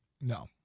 No